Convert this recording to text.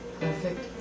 perfect